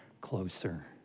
closer